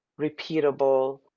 repeatable